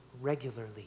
regularly